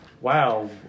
wow